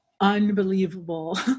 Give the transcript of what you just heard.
unbelievable